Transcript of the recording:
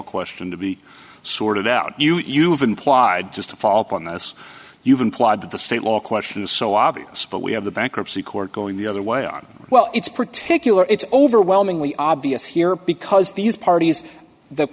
question to be sorted out you've implied just a follow up on this you've implied that the state law question is so obvious but we have the bankruptcy court going the other way on well it's particular it's overwhelmingly obvious here because these parties that